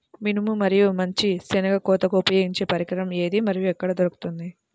మినుము మరియు మంచి శెనగ కోతకు ఉపయోగించే పరికరం ఏది మరియు ఎక్కడ దొరుకుతుంది?